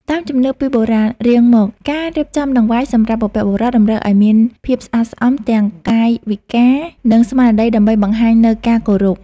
តាមជំនឿពីបុរាណរៀងមកការរៀបចំដង្វាយសម្រាប់បុព្វបុរសតម្រូវឱ្យមានភាពស្អាតស្អំទាំងកាយវិការ និងស្មារតីដើម្បីបង្ហាញនូវការគោរព។